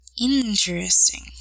Interesting